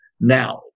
Now